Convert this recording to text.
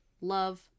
love